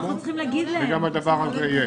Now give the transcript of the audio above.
גם הדבר הזה יהיה.